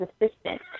assistant